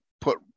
put